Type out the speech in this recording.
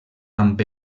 amb